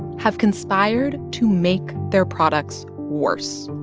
have conspired to make their products worse,